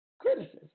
criticism